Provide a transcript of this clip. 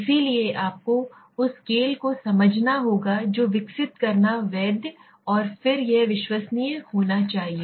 इसलिए आपको उस स्केल को समझना होगा जो विकसित करना वैध हो और फिर यह विश्वसनीय होना चाहिए